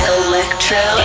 electro